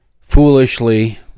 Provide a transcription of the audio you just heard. foolishly